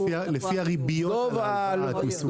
לפי הריביות על ההלוואה את מסוגלת.